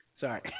Sorry